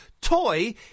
Toy